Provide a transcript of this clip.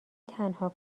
تنها